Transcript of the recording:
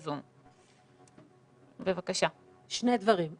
שני דברים.